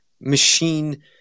machine